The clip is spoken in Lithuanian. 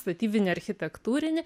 statybinį architektūrinį